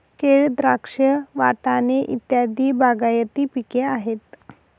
केळ, द्राक्ष, वाटाणे इत्यादी बागायती पिके आहेत